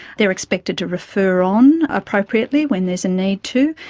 they are expected to refer on appropriately when there is a need to,